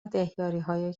دهیاریهای